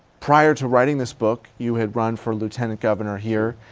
prior to writing this book, you had run for lieutenant governor here.